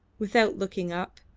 without looking up.